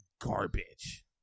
garbage